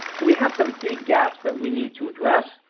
we have some big gaps that we need to address,